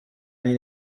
anni